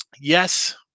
yes